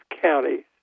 counties